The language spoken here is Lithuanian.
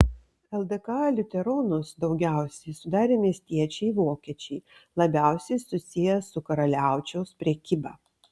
ldk liuteronus daugiausiai sudarė miestiečiai vokiečiai labiausiai susiję su karaliaučiaus prekyba